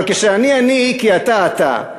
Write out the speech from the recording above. אבל כשאני אני כי אתה אתה,